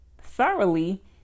thoroughly